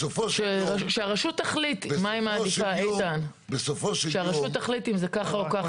שהרשות תחליט מה היא מעדיפה, אם זה ככה או ככה.